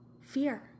Fear